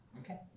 Okay